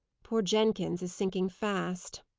poor jenkins is sinking fast.